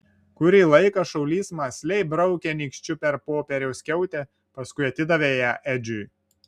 kurį laiką šaulys mąsliai braukė nykščiu per popieriaus skiautę paskui atidavė ją edžiui